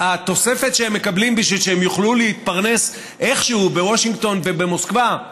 התוספת שהם מקבלים בשביל שהם יוכלו להתפרנס איכשהו בוושינגטון ובמוסקבה,